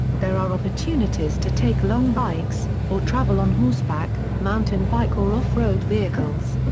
there are opportunities to take long bikes, or travel on horseback, mountain bike or off-road vehicles.